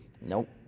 Nope